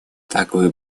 такую